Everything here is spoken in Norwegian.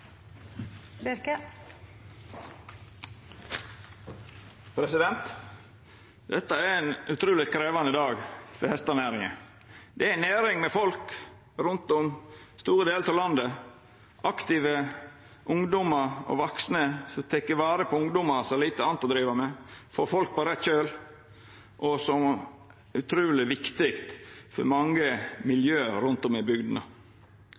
ei næring med folk rundt om i store delar av landet, aktive ungdomar, og vaksne som tek vare på ungdomar som har lite anna å driva med, får folk på rett kjøl, og som er utruleg viktig for mange miljø rundt om i bygdene.